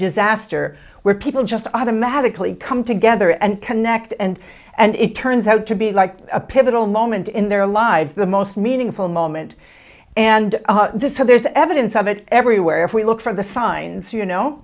disaster where people just automatically come together and connect and and it turns out to be like a pivotal moment in their lives the most meaningful moment and this has there's evidence of it everywhere we look for the signs you know